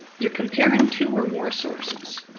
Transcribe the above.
you're comparing two or more sources.